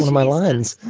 my lines.